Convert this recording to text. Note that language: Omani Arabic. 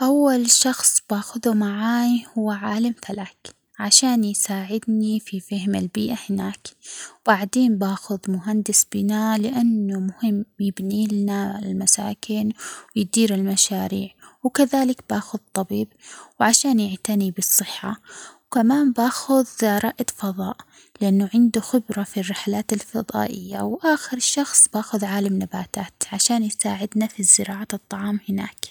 أكيد رح أوافق والسبب هو الفضول وحب الاستكشاف وفكرة الوقوف على كوكب غير الأرض ورؤية المناظر الفريدة شي يحمس، وبس لازم أكون مستعدة للتحديات مثل الوحدة والضغوط النفسية لكن في النهاية تجربة العيش في بيئة غريبة بتكون فريدة من نوعها وبستفيد منها في معرفة أكثر عن الكون.